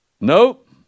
Nope